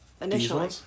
initially